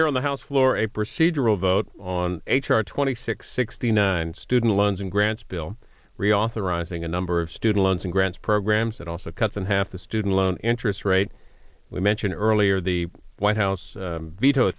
here on the house floor a procedural vote on h r twenty six sixty nine student loans and grants bill reauthorizing a number of student loans and grants programs that also cuts in half the student loan interest rate we mentioned earlier the white house veto